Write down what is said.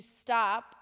stop